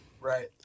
Right